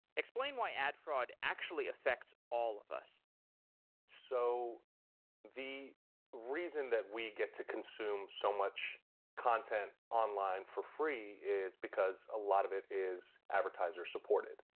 explain what ad fraud actually affects all of us so the reason that we get to consume so much content online for free is because a lot of it is advertiser supported,